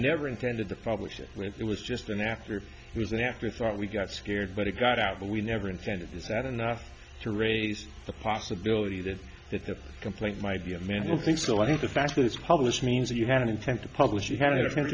never intended to publish it it was just an after it was an afterthought we got scared but it got out but we never intended is that enough to raise the possibility that the complaint might be a man will think so i think the fact that it's published means that you had an intent to publish you had a